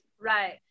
right